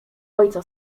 ojca